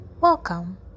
welcome